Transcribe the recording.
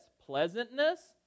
Pleasantness